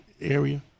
area